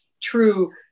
true